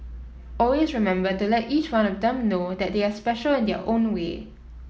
always remember to let each one of them know that they are special in their own way